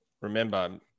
Remember